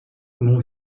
mon